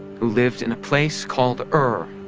who lived in a place called ur,